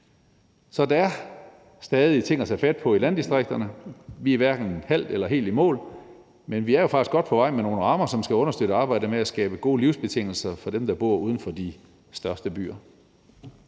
Så der er stadig ting at tage fat på i landdistrikterne. Vi er hverken halvt eller helt i mål, men vi er jo faktisk godt på vej med nogle rammer, som skal understøtte arbejdet med at skabe gode livsbetingelser for dem, der bor uden for de største byer.